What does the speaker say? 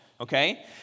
Okay